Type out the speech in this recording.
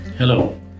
Hello